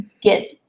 get